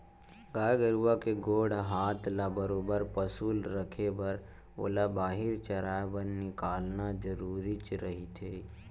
गाय गरुवा के गोड़ हात ल बरोबर पसुल रखे बर ओला बाहिर चराए बर निकालना जरुरीच रहिथे